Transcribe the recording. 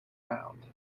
found